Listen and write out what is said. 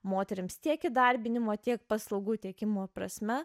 moterims tiek įdarbinimo tiek paslaugų tiekimo prasme